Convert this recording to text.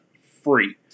free